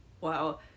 Wow